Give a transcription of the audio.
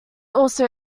also